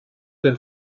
den